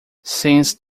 since